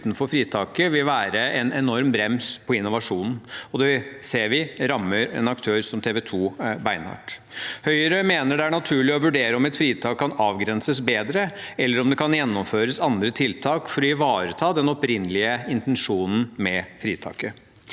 utenfor fritaket vil være en enorm brems på innovasjonen. Det ser vi rammer en aktør som TV 2 beinhardt. Høyre mener det er naturlig å vurdere om et fritak kan avgrenses bedre, eller om det kan gjennomføres andre tiltak for å ivareta den opprinnelige intensjonen med fritaket.